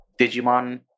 Digimon